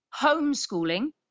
homeschooling